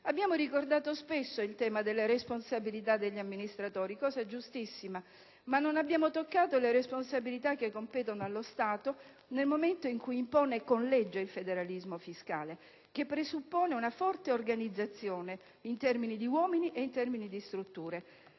Abbiamo ricordato spesso il tema delle responsabilità degli amministratori, cosa giustissima, ma non abbiamo toccato le responsabilità che competono allo Stato nel momento in cui impone con legge il federalismo fiscale, che presuppone una forte organizzazione in termini di uomini e strutture.